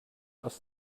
aus